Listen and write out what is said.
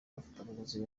abafatabuguzi